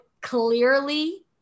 clearly